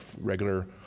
regular